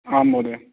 आम् महोदय